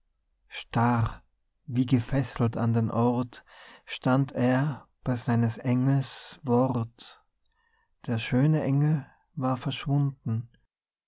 starr wie gefesselt an den ort stand er bei seines engels wort der schöne engel war verschwunden